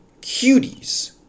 Cuties